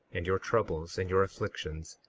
and your troubles, and your afflictions,